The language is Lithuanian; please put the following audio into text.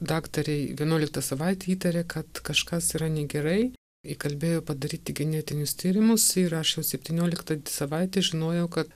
daktarė vienuoliktą savaitę įtarė kad kažkas yra negerai įkalbėjo padaryti genetinius tyrimus ir aš jau septynioliktą savaitę žinojau kad